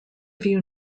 view